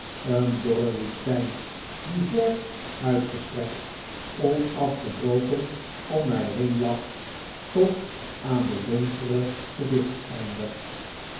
een dorre woestijn die ver uitgestrekt onafgebroken om mij heen lag tot aan den donkeren